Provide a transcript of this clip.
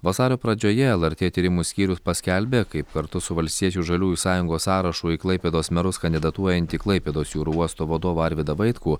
vasario pradžioje lrt tyrimų skyrius paskelbė kaip kartu su valstiečių žaliųjų sąjungos sąrašu į klaipėdos merus kandidatuojantį klaipėdos jūrų uosto vadovą arvydą vaitkų